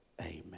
Amen